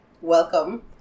Welcome